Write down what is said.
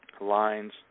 lines